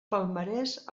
palmarès